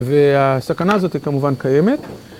והסכנה הזאתי כמובן קיימת.